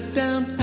down